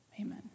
Amen